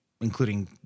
including